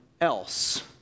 else